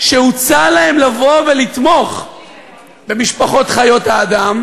שהוצע להם לבוא ולתמוך במשפחות חיות האדם,